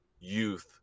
youth